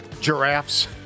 giraffes